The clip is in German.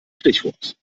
stichwort